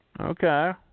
Okay